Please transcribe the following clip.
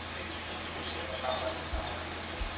खेती के सब्सिडी लेहे बर का पात्रता होना जरूरी हे?